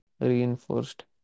reinforced